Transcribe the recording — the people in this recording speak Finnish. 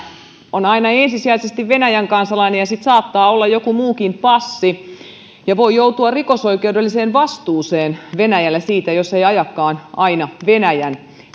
on aina ensisijaisesti venäjän kansalainen ja sitten saattaa olla joku muukin passi ja henkilö voi joutua rikosoikeudelliseen vastuuseen venäjällä siitä jos ei ajakaan aina venäjän